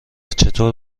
چطور